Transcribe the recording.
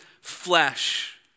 flesh